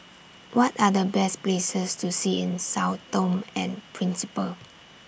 What Are The Best Places to See in Sao Tome and Principe